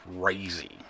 crazy